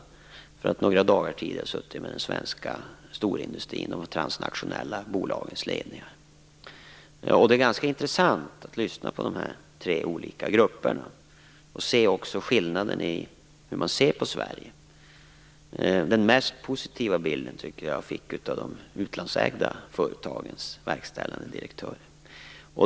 Ännu några dagar tidigare hade jag suttit med den svenska storindustrin och de transnationella bolagens ledningar. Det är ganska intressant att lyssna på dessa tre olika grupper och se skillnaden i hur de ser på Sverige. Den mest positiva bilden tycker jag att jag fick av de utlandsägda företagens verkställande direktörer.